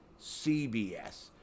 CBS